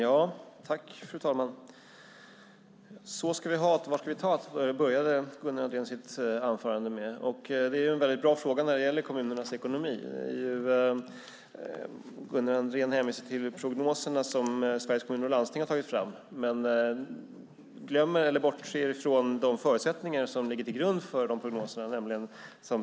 Fru talman! Gunnar Andrén började sitt anförande med att säga: Så ska vi ha't! Men var ska vi ta't? Det är en bra fråga när det gäller kommunernas ekonomi. Gunnar Andrén hänvisar till de prognoser som Sveriges Kommuner och Landsting har tagit fram men glömmer eller bortser från de förutsättningar som ligger till grund för de prognoserna.